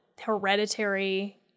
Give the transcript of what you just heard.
hereditary